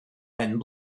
pen